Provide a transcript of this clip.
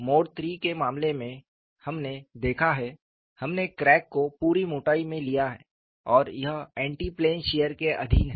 mode III के मामले में हमने देखा है हमने क्रैक को पूरी मोटाई में लिया है और यह एन्टी प्लेन शियर के अधीन है